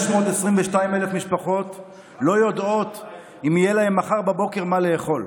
522,000 משפחות לא יודעות אם מחר בבוקר יהיה להן מה לאכול,